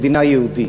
מדינה יהודית.